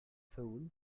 fool